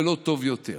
ולא טוב יותר.